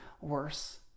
worse